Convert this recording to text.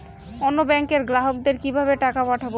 অন্য ব্যাংকের গ্রাহককে কিভাবে টাকা পাঠাবো?